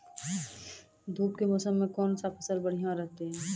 धूप के मौसम मे कौन फसल बढ़िया रहतै हैं?